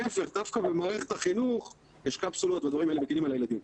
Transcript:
דווקא במערכת החינוך יש קפסולות והדברים האלה מקלים על הילדים.